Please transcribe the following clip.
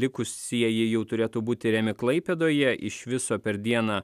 likusieji jau turėtų būt tiriami klaipėdoje iš viso per dieną